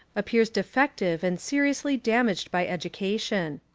appears defective and seriously damaged by education.